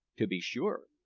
to be sure,